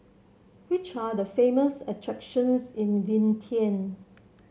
which are the famous attractions in Vientiane